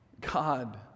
God